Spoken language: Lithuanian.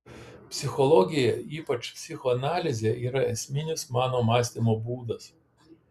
psichologija ypač psichoanalizė yra esminis mano mąstymo būdas